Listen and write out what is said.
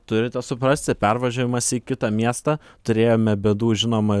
turite suprasti pervažiavimas į kitą miestą turėjome bėdų žinoma